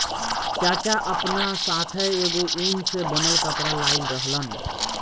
चाचा आपना साथै एगो उन से बनल कपड़ा लाइल रहन